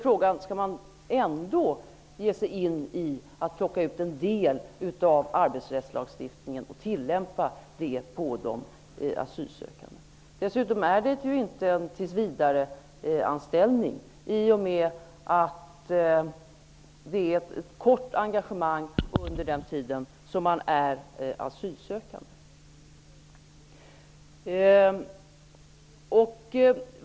Frågan är om man ändå skall ge sig in i att tillämpa en del av arbetsrättslagstiftningen på dem. Det handlar inte om tillsvidareanställning. Här handlar det om ett kort engagemang under den tid som de är asylsökande.